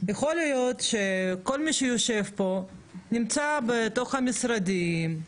יכול להיות שכל מי שיושב פה נמצא בתוך המשרדים,